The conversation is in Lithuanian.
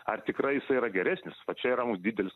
ar tikrai jisai yra geresnis vat čia yra mum didelis